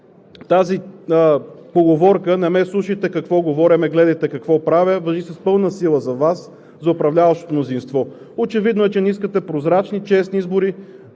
тази поговорка: „Не ме слушайте какво говоря, а ме гледайте какво правя!“, важи с пълна сила за Вас – за управляващото мнозинство. Очевидно е, че не искате прозрачни, честни избори,